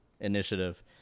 initiative